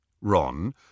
Ron